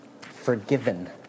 Forgiven